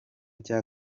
cya